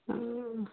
ହଁ